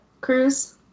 cruise